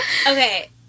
Okay